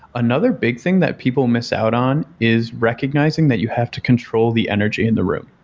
another big thing that people miss out on is recognizing that you have to control the energy in the room.